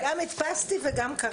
גם הדפסתי וגם קראתי.